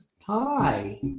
Hi